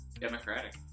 democratic